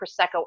Prosecco